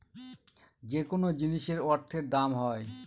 যেকোনো জিনিসের অর্থের দাম হয়